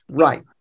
Right